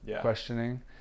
questioning